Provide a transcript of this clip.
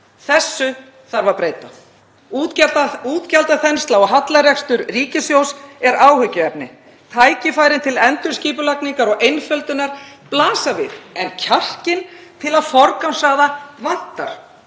Þessu þarf að breyta. Útgjaldaþensla og hallarekstur ríkissjóðs er áhyggjuefni. Tækifærin til endurskipulagningar og einföldunar blasa við en kjarkinn til að forgangsraða vantar.